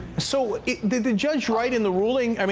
so, did the judge write in the ruling. i mean